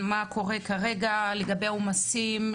מה קורה כרגע לגבי עומסים,